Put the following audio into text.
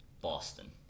Boston